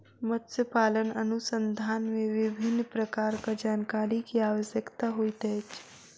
मत्स्य पालन अनुसंधान मे विभिन्न प्रकारक जानकारी के आवश्यकता होइत अछि